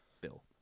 Bill